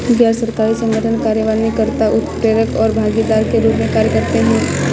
गैर सरकारी संगठन कार्यान्वयन कर्ता, उत्प्रेरक और भागीदार के रूप में कार्य करते हैं